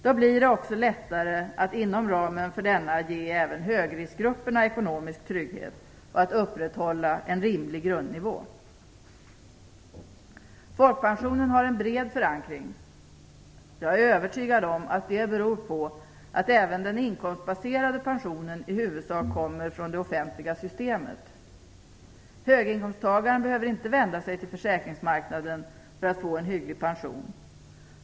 Då blir det också lättare att inom ramen för denna ge även högriskgrupperna ekonomisk trygghet och att upprätthålla en rimlig grundnivå. Folkpensionen har en bred förankring. Jag är övertygad om att det beror på att även den inkomstbaserade pensionen i huvudsak kommer från det offentliga systemet. Höginkomsttagaren behöver inte vända sig till försäkringsmarknaden för att få en hygglig pension.